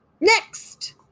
next